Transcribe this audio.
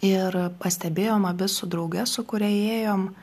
ir pastebėjom abi su drauge su kuria ėjom